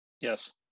yes